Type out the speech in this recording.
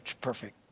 perfect